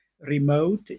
remote